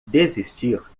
desistir